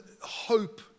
hope